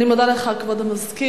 אני מודה לך, כבוד המזכיר.